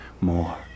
more